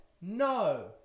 No